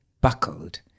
buckled